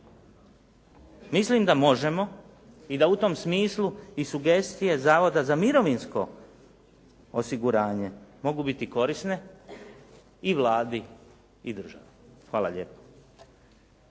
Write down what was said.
Mislim da možemo i da u tom smislu i sugestije Zavoda za mirovinsko osiguranje mogu biti korisne i Vladi i državi. Hvala lijepo.